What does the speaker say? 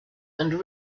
and